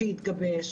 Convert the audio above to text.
שיתגבש.